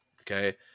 Okay